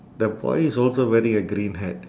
the boys also wearing a green hat